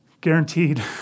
Guaranteed